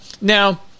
now